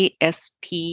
ASP